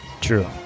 True